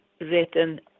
written